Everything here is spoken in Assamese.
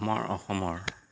আমাৰ অসমৰ